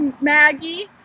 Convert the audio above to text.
Maggie